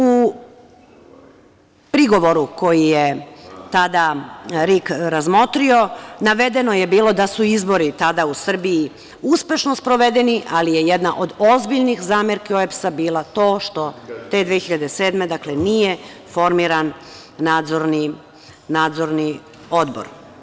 U prigovoru koji je tada RIK razmotrio navedeno je bilo da su izbori tada u Srbiji uspešno sprovedeni, ali je jedna od ozbiljnih zamerki OEBS-a bila to što te 2007. godine nije formiran Nadzorni odbor.